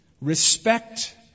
Respect